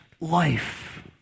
life